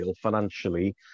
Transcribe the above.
financially